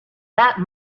that